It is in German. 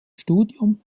studium